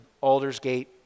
aldersgate